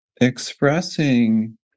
expressing